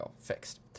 fixed